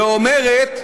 ואומרת: